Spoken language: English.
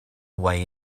way